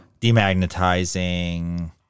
demagnetizing